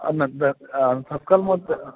अन्यद् तत्कालमध्ये